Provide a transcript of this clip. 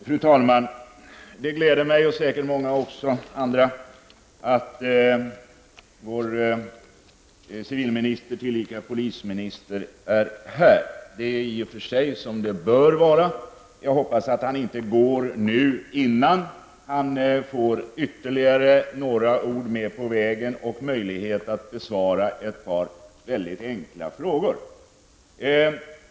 Fru talman! Det gläder mig och säkert många andra också att vår civilminister, tillika polisminister, är här. Det är i och för sig som det bör vara. Jag hoppas att han inte går nu, innan han får ytterligare några ord med på vägen och möjlighet att besvara ett par väldigt enkla frågor.